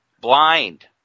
blind